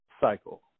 cycle